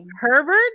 Herbert